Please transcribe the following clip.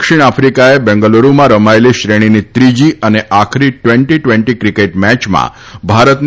દક્ષિણ આફિકાએ બેંગલુરૂમાં રમાયેલી શ્રેણીની ત્રીજી અને આખરી ટ્વેન્ટી ટ્વેન્ટી ક્રિકેટ મેચમાં ભારતને